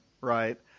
right